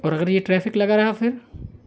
और अगर ये ट्रैफिक लगा रहा फिर